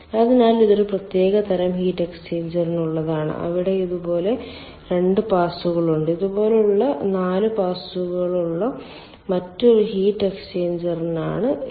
അതിനാൽ ഇത് ഒരു പ്രത്യേക തരം ഹീറ്റ് എക്സ്ചേഞ്ചറിനുള്ളതാണ് അവിടെ ഇതുപോലെ 2 പാസുകൾ ഉണ്ട് ഇതുപോലുള്ള 4 പാസുകളുള്ള മറ്റൊരു ഹീറ്റ് എക്സ്ചേഞ്ചറിനാണ് ഇത്